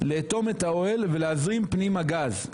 לאטום את האוהל ולהזרים פנימה גז.